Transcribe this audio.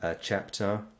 chapter